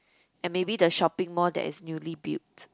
and maybe the shopping more that is newly built